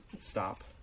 stop